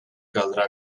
caldrà